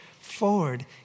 forward